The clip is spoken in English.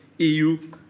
EU